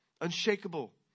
unshakable